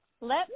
Let